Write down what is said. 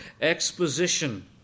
exposition